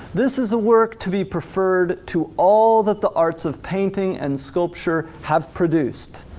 this is a work to be preferred to all that the arts of painting and sculpture have produced.